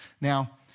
Now